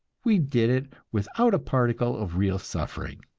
we did it without a particle of real suffering.